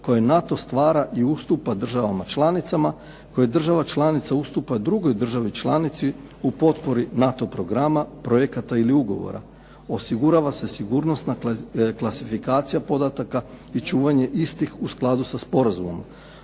koje NATO stvara i ustupa državama članicama. Koje država članica ustupa drugoj državi članici u potpori NATO programa, projekata ili ugovora osigurava se sigurnosna klasifikacija podataka i čuvanje istih u skladu sa sporazumom.